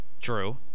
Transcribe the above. True